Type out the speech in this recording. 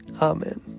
Amen